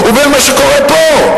ובין מה שקורה פה?